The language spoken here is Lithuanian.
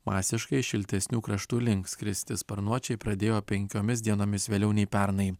masiškai šiltesnių kraštų link skristi sparnuočiai pradėjo penkiomis dienomis vėliau nei pernai